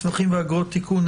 מסמכים ואגרות) (תיקון),